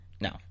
no